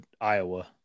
Iowa